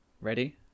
Ready